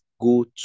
go